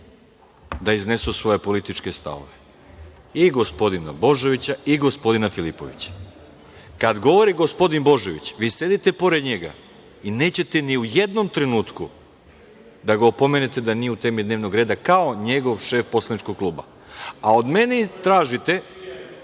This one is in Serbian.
da iznesu svoje političke stavove, i gospodina Božovića i gospodina Filipovića. Kada govori gospodin Božović, vi sedite pored njega i nećete ni u jednom trenutku da ga opomenete da nije u temi dnevnog reda, kao njegov šef poslaničkog kluba, a od mene tražite…(Goran